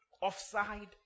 offside